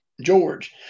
George